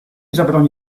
zabroni